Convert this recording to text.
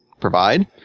provide